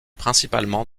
principalement